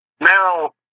Merrill